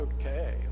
okay